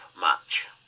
match